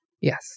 Yes